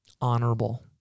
honorable